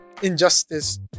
Injustice